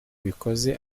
bikoze